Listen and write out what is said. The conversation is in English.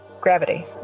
Gravity